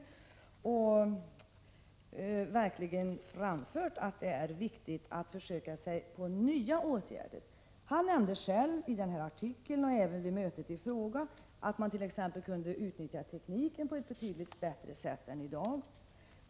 1986/87:8 verkligen framfört att det är viktigt att försöka sig på nya åtgärder. 16 oktober 1986 Biträdande socialministern nämnde själv i den åberopade artikeln och även vid mötet i fråga att man t.ex. skulle kunna utnyttja tekniken på ett betydligt bättre sätt än vad som görs i dag.